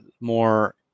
more